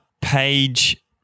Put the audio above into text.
page